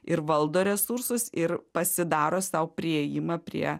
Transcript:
ir valdo resursus ir pasidaro sau priėjimą prie